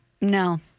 No